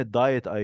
diet